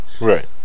Right